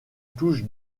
touche